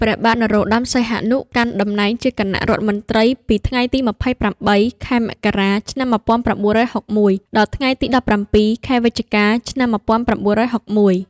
ព្រះបាទនរោត្តម សីហនុ កាន់តំណែងជាគណៈរដ្ឋមន្ត្រីពីថ្ងៃទី ២៨ ខែមករា ឆ្នាំ១៩៦១ ដល់ថ្ងៃទី ១៧ ខែវិច្ឆិកា ឆ្នាំ១៩៦១។